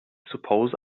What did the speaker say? suppose